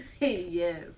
Yes